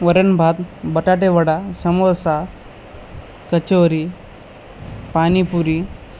वरण भात बटाटे वडा समोसा कचोरी पाणिपुरी